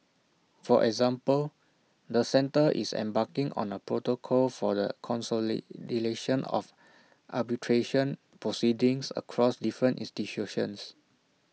for example the centre is embarking on A protocol for the consolidation of arbitration proceedings across different institutions